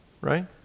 right